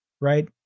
right